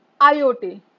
IOT